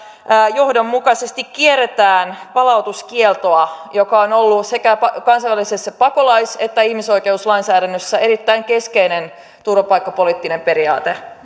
johdonmukaisesti kierretään palautuskieltoa joka on ollut sekä kansainvälisessä pakolais että ihmisoikeuslainsäännössä erittäin keskeinen turvapaikkapoliittinen periaate